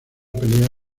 pelea